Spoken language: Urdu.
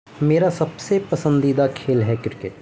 میرا سب سے پسندیدہ کھیل ہے کرکٹ